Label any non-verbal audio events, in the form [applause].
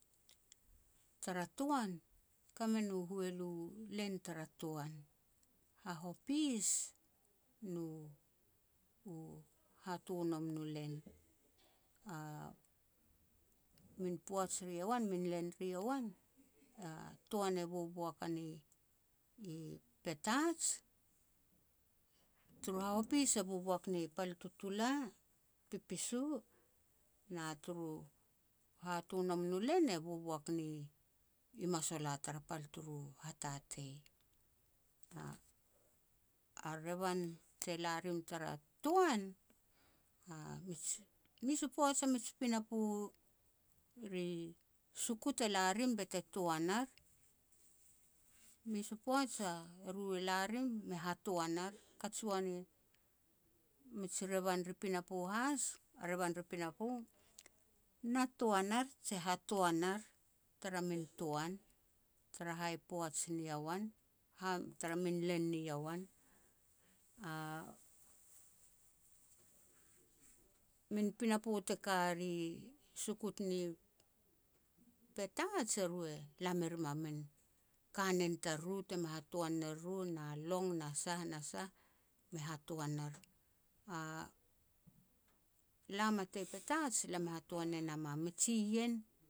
Tara toan, ka me nu hulu len tara toan, hahopis nu-u ha tonom nu len. A min poaj ri uan min len ri uan, a toan e boboak a ni-i Petats. Turu hahopis e boboak a ni pal Tutula, Pipisu, na turu hatonom nu len e boboak ni Masolat tara pal turu hatatei. A-a revan te la rim tara toan a mij, [unintelligible] mes u poaj a mij pinapo ri sukut e la rim bete toan ar, mes u poaj [hesitation] e ru e la rim me hatoan ar, kaj si wa ni mij revan ri pinapo has, a revan ri pinapo na toan ar je hatoan ar tara min toan, tara hai poaj ni yowan, [hesitation] tara min len ni yowan. A min pinapo te ka ri sukut ni Petats e ru e la me rim a min kanen tariru teme hatoan ne riru na long na sah na sah, me hatoan ar. [hesitation] Lam a tei Petats, lam e hatoan ne nam a mij jiien